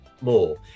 more